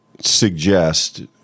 suggest